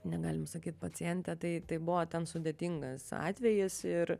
negalim sakyt pacientė tai tai buvo ten sudėtingas atvejis ir